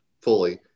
fully